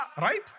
right